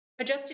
Adjusted